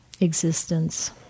existence